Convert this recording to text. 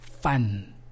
fun